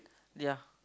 ya